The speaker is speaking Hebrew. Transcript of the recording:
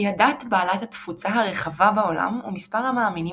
היא הדת בעלת התפוצה הרחבה בעולם ומספר המאמינים